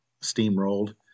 steamrolled